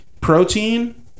protein